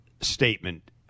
statement